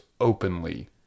openly